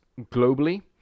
globally